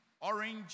orange